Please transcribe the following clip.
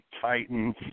Titans